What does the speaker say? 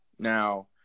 Now